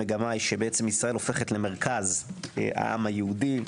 המגמה היא שישראל הופכת למרכז העם היהודי,